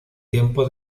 tiempo